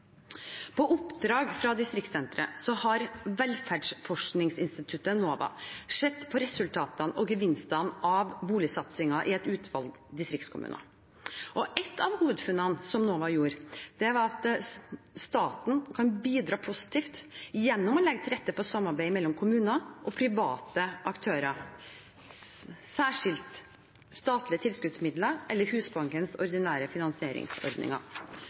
På oppdrag fra Distriktssenteret har Velferdsforskningsinstituttet NOVA sett på resultater og gevinster av boligsatsinger i et utvalg av distriktskommuner. Et av hovedfunnene som NOVA gjorde, var at staten kan bidra positivt gjennom å legge til rette for samarbeid mellom kommuner og private aktører, særskilte statlige tilskuddsmidler og/eller Husbankens ordinære finansieringsordninger.